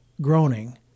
groaning